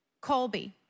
Colby